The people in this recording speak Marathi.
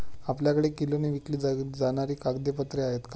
आपल्याकडे किलोने विकली जाणारी कागदपत्रे आहेत का?